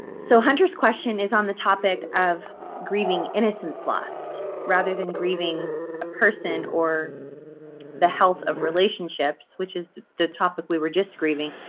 so hunter's question is on the topic of grieving innocence lost rather than grieving a person or the health of relationships which is the topic we were just grieving.